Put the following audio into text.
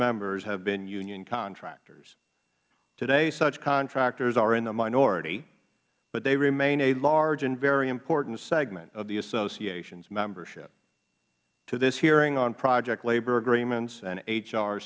members have been union contractors today such contractors are in a minority but they remain a large and very important segment of the association's membership to this hearing on project labor agreements and h